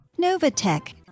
Novatech